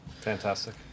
Fantastic